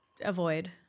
avoid